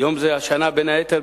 בין היתר,